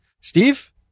Steve